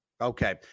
Okay